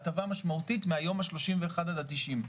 הטבה משמעותית מהיום ה-31 עד ה-90.